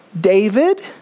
David